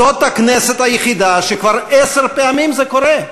זאת הכנסת היחידה שכבר עשר פעמים זה קורה בה.